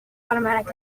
automatic